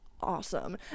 awesome